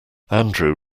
andrew